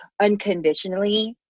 unconditionally